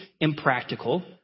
impractical